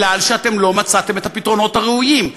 כי לא מצאתם את הפתרונות הראויים,